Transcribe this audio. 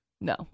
No